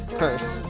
curse